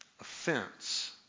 offense